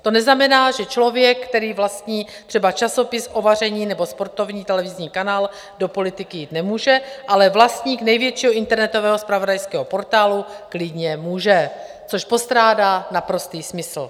To znamená, že člověk, který vlastní třeba časopis o vaření nebo sportovní televizní kanál, do politiky jít nemůže, ale vlastník největšího internetového zpravodajského portálu klidně může, což postrádá naprostý smysl.